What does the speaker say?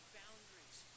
boundaries